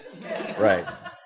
Right